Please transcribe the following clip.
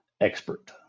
Expert